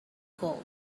gold